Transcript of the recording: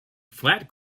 flat